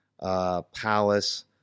Palace